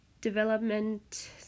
development